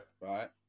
Right